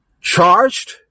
charged